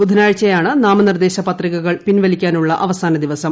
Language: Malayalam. ബുധനാഴ്ചയാണ് നാമനിർദ്ദേശ പത്രികകൾ പിൻവലിക്കാനുള്ള അവസാന ദിവസം